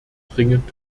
dringend